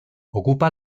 ocupa